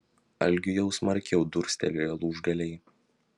algiui jau smarkiau durstelėjo lūžgaliai